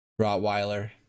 Rottweiler